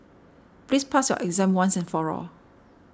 please pass your exam once and for all